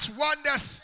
wonders